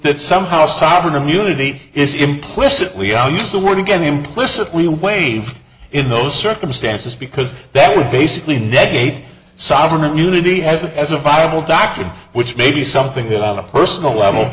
that somehow sovereign immunity is implicit we all use the word again implicit we waive in those circumstances because that would basically net a sovereign immunity has a as a probable doctrine which may be something that on a personal level